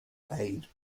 aid